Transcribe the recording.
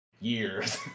years